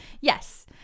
Yes